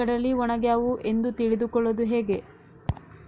ಕಡಲಿ ಒಣಗ್ಯಾವು ಎಂದು ತಿಳಿದು ಕೊಳ್ಳೋದು ಹೇಗೆ?